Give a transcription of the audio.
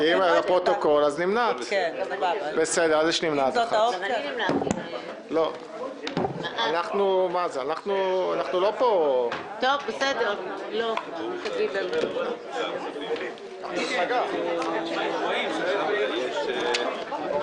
הישיבה ננעלה בשעה 10:22.